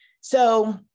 So-